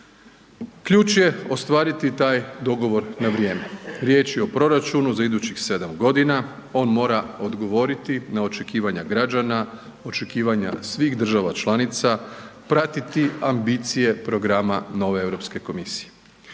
Ključ je ostvariti taj dogovor na vrijeme. Riječ je o proračunu za idućih 7 godina, on mora odgovoriti na očekivanja građana, očekivanja svih država članica, pratiti ambicije programa nove EU komisije.